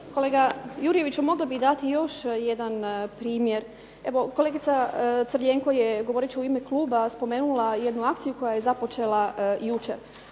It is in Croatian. Kolega Jurjeviću, mogla bih dati još jedan primjer. Evo kolegica Crljenko je govoreći u ime kluba spomenula jednu akciju koja je započela jučer,